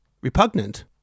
repugnant